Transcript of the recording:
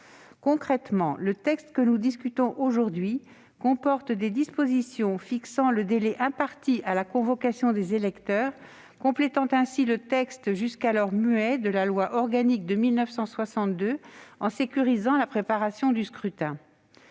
Concrètement, le texte dont nous discutons aujourd'hui comporte des dispositions fixant le délai imparti à la convocation des électeurs, complétant ainsi le texte jusqu'alors muet de la loi de 1962. Cela sécurise la préparation du scrutin.